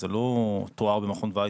זה לא תואר במכון ויצמן.